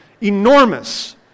enormous